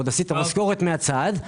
עשית משכורת מהצד,